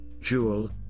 Jewel